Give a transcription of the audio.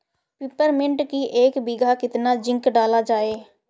Peppermint की एक बीघा कितना जिंक डाला जाए?